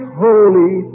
holy